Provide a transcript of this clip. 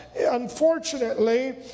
unfortunately